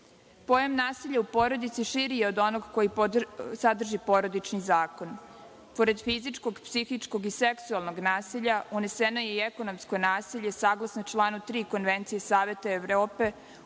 nasilja u porodici širi je od onog koji sadrži Porodični zakon. Pored fizičkog, psihičkog i seksualnog nasilja, uneseno je i ekonomsko nasilje saglasno članu 3. Konvencije Saveta Evrope